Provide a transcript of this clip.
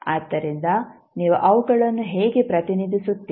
ಆದ್ದರಿಂದ ನೀವು ಅವುಗಳನ್ನು ಹೇಗೆ ಪ್ರತಿನಿಧಿಸುತ್ತೀರಿ